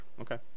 Okay